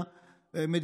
תודה.